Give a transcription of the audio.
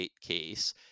case